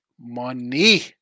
money